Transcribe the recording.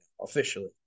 officially